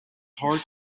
hard